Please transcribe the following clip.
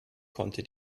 konnte